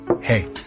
Hey